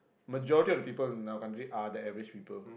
majority of the people in our country are the average people